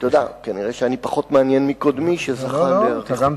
כנראה אני פחות מעניין מקודמי, שזכה לאריכות יתר.